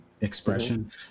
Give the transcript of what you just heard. expression